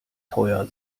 teuer